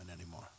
anymore